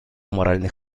аморальный